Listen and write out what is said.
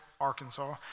Arkansas